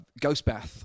Ghostbath